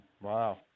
Wow